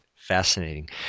Fascinating